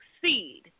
succeed